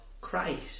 Christ